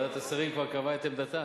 ועדת השרים כבר קבעה את עמדתה,